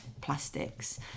plastics